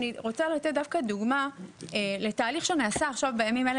אני רוצה לתת דווקא דוגמה לתהליך שנעשה עכשיו בימים האלה,